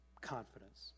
confidence